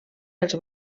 els